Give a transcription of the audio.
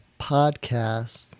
podcast